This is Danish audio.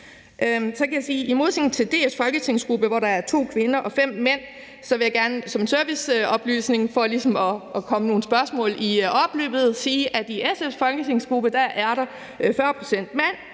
i modsætning til DF's folketingsgruppe, hvor der er to kvinder og fem mænd, som en serviceoplysning for ligesom at tage nogle spørgsmål i opløbet, sige, at der i SF's folketingsgruppe er 40 pct. mænd